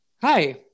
Hi